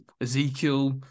Ezekiel